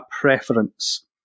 preference